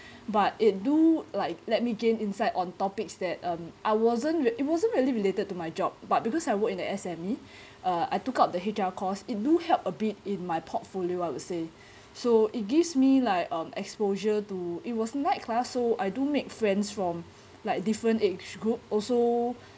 but it do like let me gain insight on topics that um I wasn't it wasn't really related to my job but because I work in the S_M_E uh I took up the H_R course it do help a bit in my portfolio I would say so it gives me like um exposure to it was night class so I do make friends from like different age group also